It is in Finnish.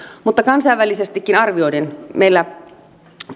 mutta kansainvälisestikin arvioiden meillä